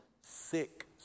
sick